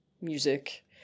music